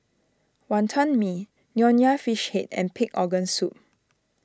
Wonton Mee Nonya Fish Head and Pig's Organ Soup